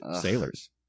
sailors